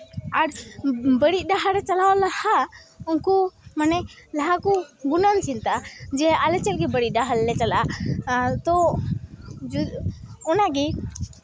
ᱟᱨ ᱵᱟᱹᱲᱤᱡ ᱰᱟᱦᱟᱨ ᱨᱮ ᱪᱟᱞᱟᱣ ᱞᱟᱦᱟ ᱩᱱᱠᱩ ᱢᱟᱱᱮ ᱞᱟᱦᱟ ᱠᱚ ᱜᱩᱱᱟᱹᱱ ᱪᱤᱱᱛᱟᱹᱜᱼᱟ ᱡᱮ ᱟᱞᱮ ᱪᱮᱫ ᱞᱟᱹᱜᱤᱫ ᱵᱟᱹᱲᱤᱡ ᱰᱟᱦᱟᱨ ᱞᱮ ᱪᱟᱞᱟᱜᱼᱟ ᱟᱨ ᱛᱳ ᱚᱱᱟᱜᱮ